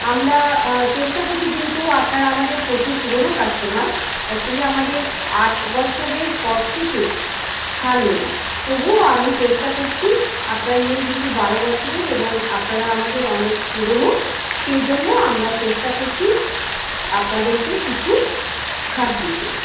আমরা চেষ্টা করছি যেহেতু আপনারা আমাদের প্রচুর পুরনো কাস্টমার অ্যাকচুলি আমাদের আট বছরের পর থেকে ছাড় নেই তবুও আমি চেষ্টা করছি আপনার মেয়ে যেহেতু বারো বছরের এবং আপনারা আমাদের অনেক পুরনো সেই জন্য আমরা চেষ্টা করছি আপনাদেরকে কিছু ছাড় দিতে